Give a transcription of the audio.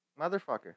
Motherfucker